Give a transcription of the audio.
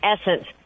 essence